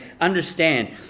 understand